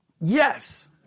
Yes